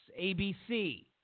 ABC